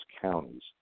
counties